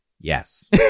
Yes